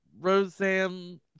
Roseanne